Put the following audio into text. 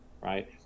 right